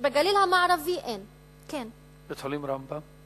בגליל המערבי אין, בבית-החולים "רמב"ם"